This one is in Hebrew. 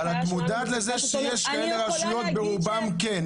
אבל את מודעת לזה שיש כאלה רשויות, ברובן כן.